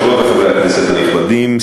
חברות וחברי הכנסת הנכבדים,